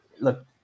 Look